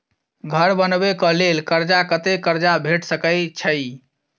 घर बनबे कऽ लेल कर्जा कत्ते कर्जा भेट सकय छई?